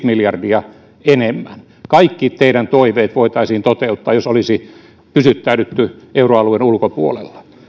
miljardia enemmän kaikki teidän toiveenne voitaisiin toteuttaa jos olisi pysyttäydytty euroalueen ulkopuolella